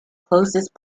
closest